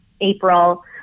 April